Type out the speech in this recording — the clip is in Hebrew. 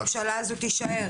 ומי מבטיח שהממשלה הזאת תישאר?